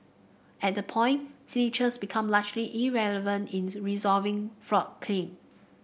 at that point signatures became largely irrelevant in resolving fraud claim